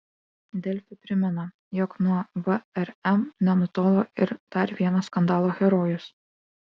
delfi primena jog nuo vrm nenutolo ir dar vienas skandalo herojus